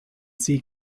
sie